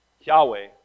Yahweh